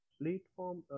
platform